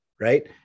right